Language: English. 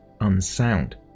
unsound